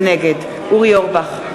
נגד אורי אורבך,